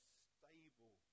stable